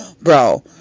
bro